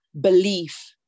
belief